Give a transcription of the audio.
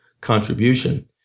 contribution